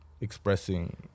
expressing